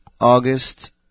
August